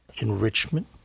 enrichment